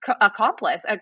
accomplice